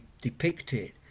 depicted